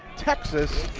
texas.